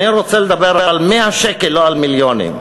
אני רוצה לדבר על 100 שקל, לא על מיליונים.